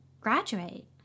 graduate